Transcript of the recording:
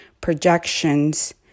projections